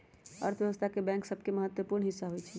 अर्थव्यवस्था में बैंक सभके महत्वपूर्ण हिस्सा होइ छइ